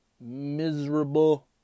miserable